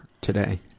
today